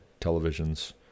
televisions